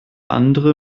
andere